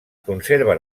conserven